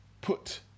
put